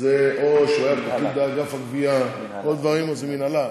זה או שהוא היה פקיד באגף הגבייה, מינהלה.